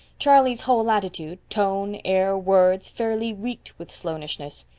charlie's whole attitude, tone, air, words, fairly reeked with sloanishness.